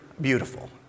beautiful